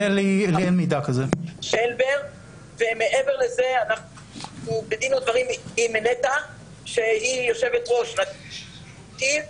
אנחנו בדין ודברים עם נטע שהיא יושב-ראשת נתיב,